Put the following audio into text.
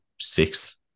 sixth